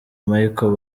michael